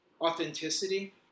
authenticity